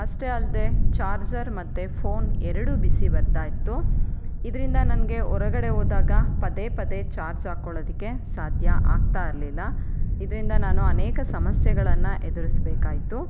ಅಷ್ಟೇ ಅಲ್ಲದೆ ಚಾರ್ಜರ್ ಮತ್ತು ಫೋನ್ ಎರಡೂ ಬಿಸಿ ಬರ್ತಾ ಇತ್ತು ಇದರಿಂದ ನನಗೆ ಹೊರಗಡೆ ಹೋದಾಗ ಪದೇ ಪದೇ ಚಾರ್ಜ್ ಹಾಕ್ಕೊಳ್ಳೋದಕ್ಕೆ ಸಾಧ್ಯ ಆಗ್ತಾ ಇರಲಿಲ್ಲ ಇದರಿಂದ ನಾನು ಅನೇಕ ಸಮಸ್ಯೆಗಳನ್ನು ಎದುರಿಸ್ಬೇಕಾಯಿತು